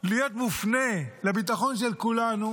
להיות מופנה לביטחון של כולנו,